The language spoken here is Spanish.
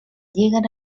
llegan